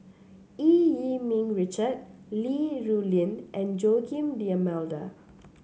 Eu Yee Ming Richard Li Rulin and Joaquim D'Almeida